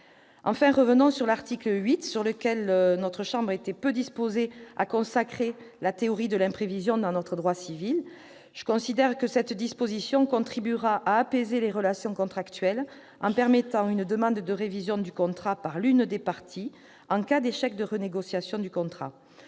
Enfin, revenons sur l'article 8 : notre chambre était peu disposée à consacrer la théorie de l'imprévision dans notre droit civil. Je considère que cette disposition contribuera à apaiser les relations contractuelles, en permettant une demande de révision du contrat par l'une des parties en cas d'échec de la renégociation. Le recours